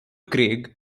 craig